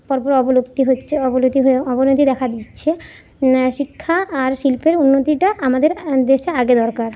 পর পর অবলুপ্তি হচ্ছে অবলতি অবনতি দেখা দিচ্ছে শিক্ষা আর শিল্পের উন্নতিটা আমাদের দেশে আগে দরকার